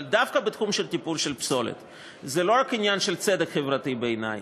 אבל דווקא בתחום של טיפול בפסולת זה לא רק עניין של צדק חברתי בעיני,